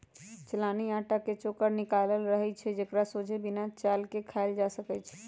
चलानि अटा के चोकर निकालल रहै छइ एकरा सोझे बिना चालले खायल जा सकै छइ